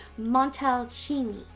Montalcini